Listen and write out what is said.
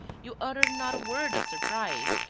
you utter not a word of surprise!